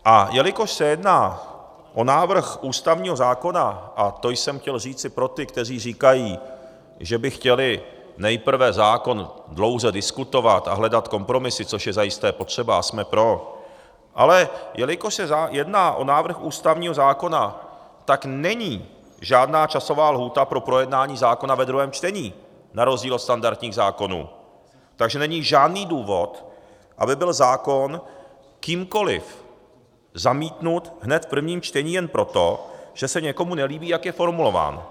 A jelikož se jedná o návrh ústavního zákona a to jsem chtěl říci pro ty, kteří říkají, že by chtěli nejprve zákon dlouze diskutovat a hledat kompromisy, což je zajisté potřeba, a jsme pro ale jelikož se jedná o návrh ústavního zákona, tak není žádná časová lhůta pro projednání zákona ve druhém čtení na rozdíl od standardních zákonů, takže není žádný důvod, aby byl zákon kýmkoliv zamítnut hned v prvním čtení jen proto, že se někomu nelíbí, jak je formulován.